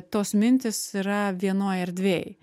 tos mintys yra vienoj erdvėj